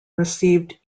received